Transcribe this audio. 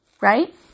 right